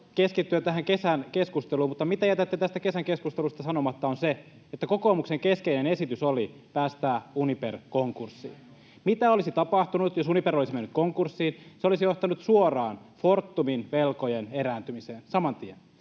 keskittyä tähän kesän keskusteluun, mutta se, mitä jätätte tästä kesän keskustelusta sanomatta, on se, että kokoomuksen keskeinen esitys oli päästää Uniper konkurssiin. Mitä olisi tapahtunut, jos Uniper olisi mennyt konkurssiin? Se olisi johtanut suoraan Fortumin velkojen erääntymiseen, saman tien.